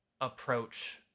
approach